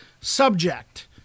subject